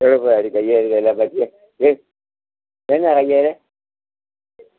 എവിടെ പോയതാടി കയ്യെ അഴുക്കെല്ലാം പറ്റിയെ ഏ എന്നാ കയ്യേല്